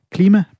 Klima